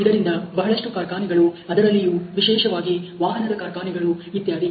ಇದರಿಂದ ಬಹಳಷ್ಟು ಕಾರ್ಖಾನೆಗಳು ಅದರಲ್ಲಿಯೂ ವಿಶೇಷವಾಗಿ ವಾಹನದ ಕಾರ್ಖಾನೆಗಳು ಇತ್ಯಾದಿ